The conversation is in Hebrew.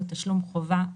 הוא תשלום חובה,